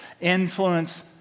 Influence